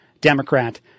Democrat